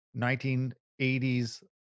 1980s